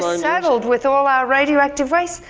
so saddled with all our radioactive waste,